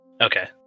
Okay